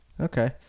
Okay